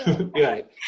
Right